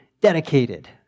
dedicated